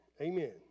Amen